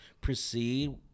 proceed